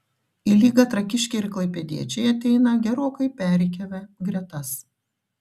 į lygą trakiškiai ir klaipėdiečiai ateina gerokai perrikiavę gretas